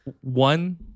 One